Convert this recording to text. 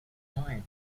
mind